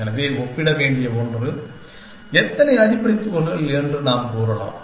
எனவே ஒப்பிட வேண்டிய ஒன்று எத்தனை அடிப்படை துகள்கள் என்று நாம் கூறலாம்